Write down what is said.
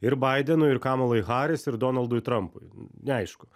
ir baidenui ir kamalai harris ir donaldui trumpui neaišku